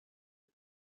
her